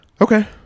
Okay